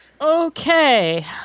okay